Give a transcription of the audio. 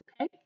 okay